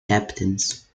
captains